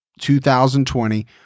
2020